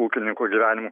ūkininkų gyvenimu